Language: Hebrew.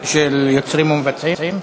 של זכויות יוצרים ומבצעים,